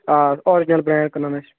آ original brand کٕنان أسۍ